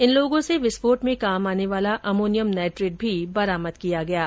इन लोगों से विस्फोट में काम आने वाला अमोनियम नाइट्रेट भी बरामद किया गया है